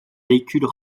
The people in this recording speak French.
véhicules